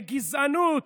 בגזענות,